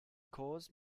cause